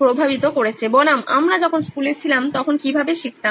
প্রভাবিত করেছে বনাম আমরা যখন স্কুলে ছিলাম তখন কীভাবে শিখতাম